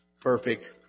perfect